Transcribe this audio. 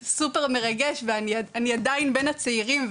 זה סופר מרגש ואני עדיין בין הצעירים,